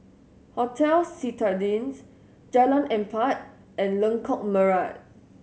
Hotel Citadines Jalan Empat and Lengkok Merak